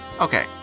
Okay